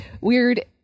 weird